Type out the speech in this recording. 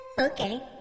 Okay